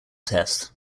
test